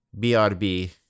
BRB